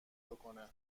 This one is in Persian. بکنه